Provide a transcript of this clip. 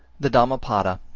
the dhammapada